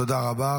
תודה רבה.